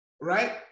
right